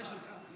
מתי שלך?